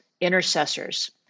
intercessors